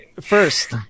first